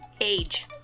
age